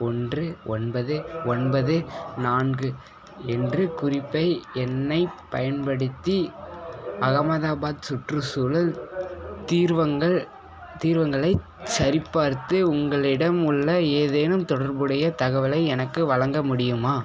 ஒன்று ஒன்பது ஒன்பது நான்கு என்று குறிப்பு எண்ணைப் பயன்படுத்தி அகமதாபாத் சுற்றுச்சூழல் தீர்வங்கள் தீர்வங்களைச் சரிபார்த்து உங்களிடம் உள்ள ஏதேனும் தொடர்புடைய தகவலை எனக்கு வழங்க முடியுமா